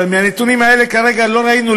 אבל מהנתונים האלה כרגע לא ראינו,